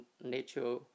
nature